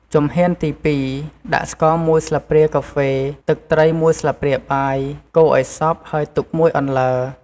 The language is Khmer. ជំហានទី២ ដាក់ស្ករមួយស្លាបព្រាកាហ្វេ ទឹកត្រីមួយស្លាបព្រាបាយ កូរឱ្យសព្វ ហើយទុកមួយអន្លើ។